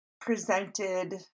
presented